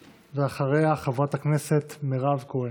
ואחריה, חברת הכנסת מירב כהן.